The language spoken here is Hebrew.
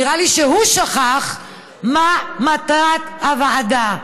נראה לי שהוא שכח מה מטרת הוועדה.